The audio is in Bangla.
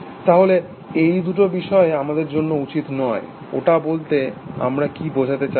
তাহলে এই দুটো বিষয়ই আমাদের জানা উচিত যে ওটা বলতে আমরা কি বোঝাতে চাইছি